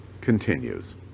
continues